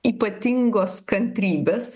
ypatingos kantrybės